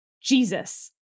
Jesus